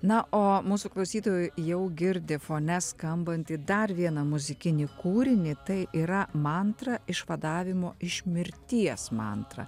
na o mūsų klausytojai jau girdi fone skambantį dar vieną muzikinį kūrinį tai yra mantra išvadavimo iš mirties mantra